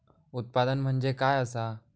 उत्पादन म्हणजे काय असा?